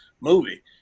movie